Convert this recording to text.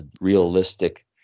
realistic